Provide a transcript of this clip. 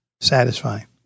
satisfying